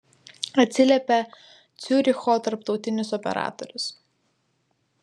atsiliepė ciuricho tarptautinis operatorius